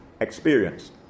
experience